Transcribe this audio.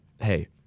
Hey